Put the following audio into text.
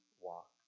walk